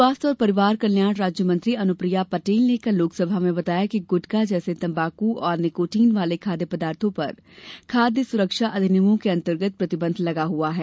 स्वास्थ्य और परिवार कल्यारण राज्य मंत्री अनुप्रिया पटेल ने कल लोकसभा में बताया कि गुटका जैसे तंबाकू और निकोटीन वाले खाद्य उत्पादों पर खाद्य सुरक्षा अधिनियमों के अंतर्गत प्रतिबंध लगा हुआ है